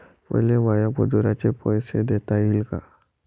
मले माया मजुराचे पैसे देता येईन का?